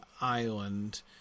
island